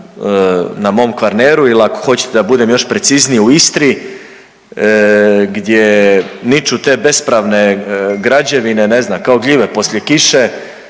na mom Kvarneru ili ako hoćete da budem još precizniji u Istri gdje niču te bespravne građevine, ne znam kao gljive poslije kiše